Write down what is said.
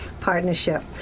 partnership